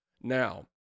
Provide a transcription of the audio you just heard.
Now